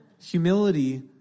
humility